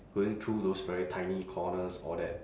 going through those very tiny corners all that